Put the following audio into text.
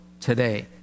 today